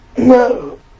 No